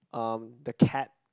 um the cat